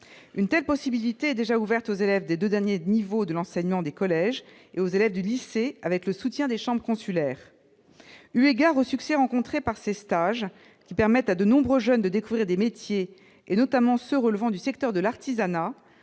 Une telle possibilité est déjà ouverte aux élèves des deux derniers niveaux de l'enseignement des collèges ou aux élèves des lycées, avec le soutien des chambres consulaires. Eu égard au succès rencontré par ces stages, qui permettent à de nombreux jeunes de découvrir des métiers, notamment ceux relevant du secteur de l'artisanat,